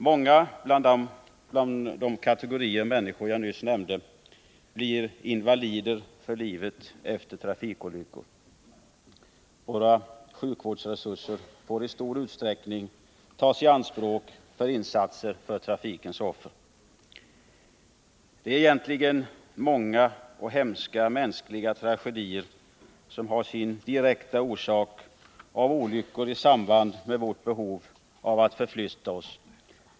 Många inom de kategorier människor som jag nyss nämnde blir invalider för livet efter trafikolyckor. Våra sjukvårdsresurser får i stor utsträckning tas i anspråk för insatser för trafikens offer. Det är många hemska mänskliga tragedier som har sin direkta orsak i olyckor som sammanhänger med vårt behov av att förflytta oss.